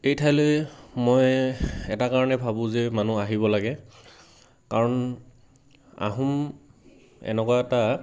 এই ঠাইলৈ মই এটা কাৰণে ভাবোঁ যে মানুহ আহিব লাগে কাৰণ আহোম এনেকুৱা এটা